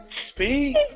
Speed